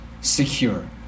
secure